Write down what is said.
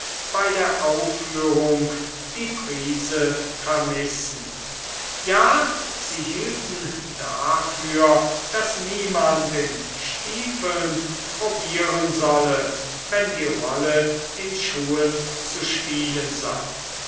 bei der aufführung die prise vermissen ja sie hielten dafür daß niemand in stiefeln probieren solle wenn die rolle in schuhen zu spielen sei